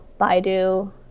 Baidu